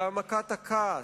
להעמקת הכעס,